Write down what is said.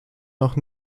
noch